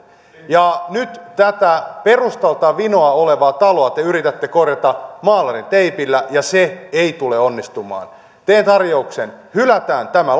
ja nyt tätä perustaltaan vinossa olevaa taloa te yritätte korjata maalarinteipillä ja se ei tule onnistumaan teen tarjouksen hylätään tämä